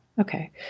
Okay